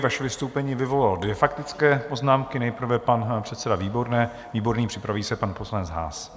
Vaše vystoupení vyvolalo dvě faktické poznámky, nejprve pan předseda Výborný, připraví se pan poslanec Haas.